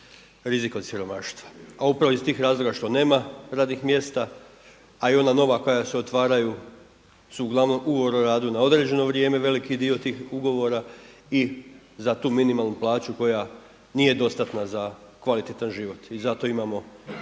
rizik od siromaštva a upravo iz tih razloga što nema radnih mjesta a i ona nova koja se otvaraju su uglavnom ugovor o radu na određeno vrijeme veliki dio tih ugovora i za tu minimalnu plaću koja nije dostatna za kvalitetan život i zato imamo